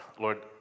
Lord